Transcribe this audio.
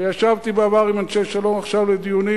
וישבתי בעבר עם אנשי "שלום עכשיו" בדיונים